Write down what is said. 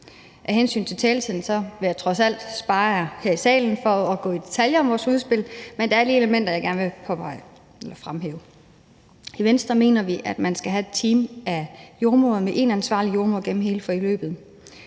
Af hensyn til taletiden vil jeg trods alt spare jer her i salen for at gå i detaljer om vores udspil, men der er lige elementer, jeg gerne vil påpege eller fremhæve. I Venstre mener vi, at man skal have et team af jordemødre med én ansvarlig jordemoder gennem hele forløbet.